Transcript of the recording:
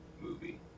movie